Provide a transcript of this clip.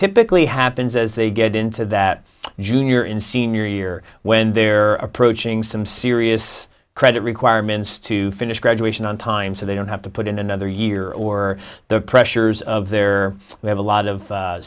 typically happens as they get into that junior and senior year when they're approaching some serious credit requirements to finish graduation on time so they don't have to put in another year or the pressures of their they have a lot of